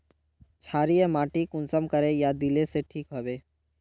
क्षारीय माटी कुंसम करे या दिले से ठीक हैबे?